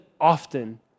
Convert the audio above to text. often